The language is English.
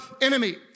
enemy